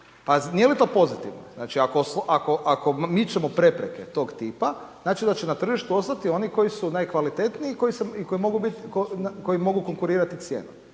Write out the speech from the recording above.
pa nije li to pozitivno? Znači, ako mičemo prepreke tog tipa, znači, da će na tržištu ostati oni koji su najkvalitetniji i koji mogu bit, koji